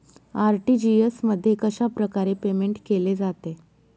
RTGS मध्ये कशाप्रकारे payment केले जाते?